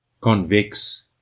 convex